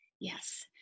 Yes